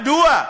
מדוע?